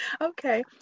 Okay